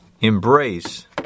embrace